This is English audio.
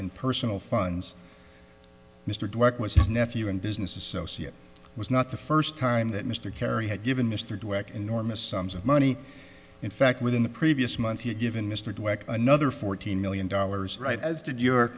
in personal funds mr what was his nephew and business associate was not the first time that mr carey had given mr dweck enormous sums of money in fact within the previous month you given mr another fourteen million dollars right as did your